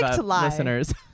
listeners